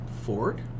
Ford